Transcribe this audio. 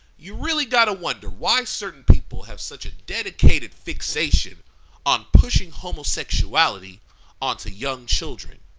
you really gotta wonder why certain people have such a dedicated fixation on pushing homosexuality onto young children.